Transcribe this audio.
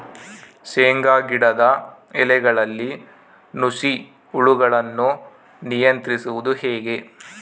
ಶೇಂಗಾ ಗಿಡದ ಎಲೆಗಳಲ್ಲಿ ನುಷಿ ಹುಳುಗಳನ್ನು ನಿಯಂತ್ರಿಸುವುದು ಹೇಗೆ?